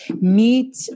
meet